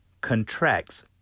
contracts